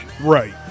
Right